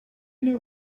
know